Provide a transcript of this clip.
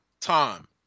time